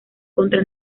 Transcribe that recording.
contra